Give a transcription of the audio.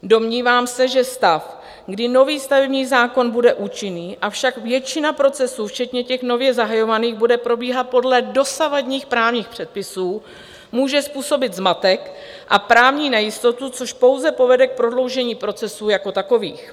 Domnívám se, že stav, kdy nový stavební zákon bude účinný, avšak většina procesů včetně nově zahajovaných bude probíhat podle dosavadních právních předpisů, může způsobit zmatek a právní nejistotu, což pouze povede k prodloužení procesů jako takových.